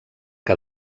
que